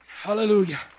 Hallelujah